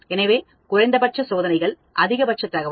எனவே குறைந்தபட்ச சோதனைகள் அதிகபட்ச தகவல்